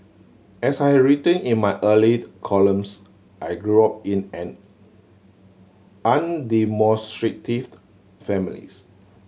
as I had written in my earlier columns I grew up in an undemonstrative families